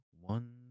one